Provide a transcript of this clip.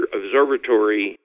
observatory